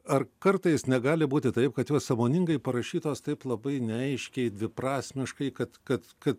ar kartais negali būti taip kad jos sąmoningai parašytos taip labai neaiškiai dviprasmiškai kad kad kad